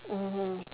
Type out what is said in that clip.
mmhmm